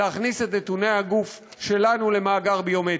להכניס את נתוני הגוף שלנו למאגר ביומטרי.